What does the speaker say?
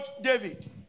David